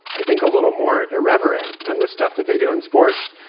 i think, a little more irreverent and the stuff that they do. and sports,